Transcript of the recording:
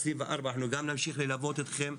אנחנו גם נמשיך ללוות אתכם,